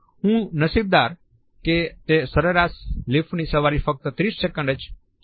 હું નસીબદાર કે તે સરેરાશ લીફ્ટની સવારી ફક્ત 30 સેકન્ડ જ ચાલી